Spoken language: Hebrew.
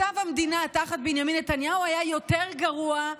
מצב המדינה תחת בנימין נתניהו היה יותר גרוע,